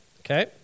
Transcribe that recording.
Okay